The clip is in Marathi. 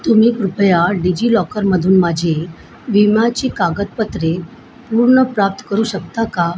तुम्ही कृपया डिजिलॉकरमधून माझे विमाची कागदपत्रे पूर्ण प्राप्त करू शकता का